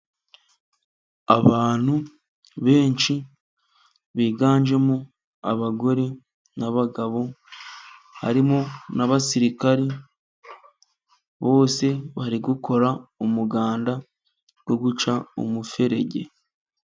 Abantu benshi biganjemo abagore nabagabo, harimo n'abasirikari bose bari gukora umuganda ,wo guca umuferege.